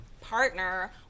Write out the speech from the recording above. partner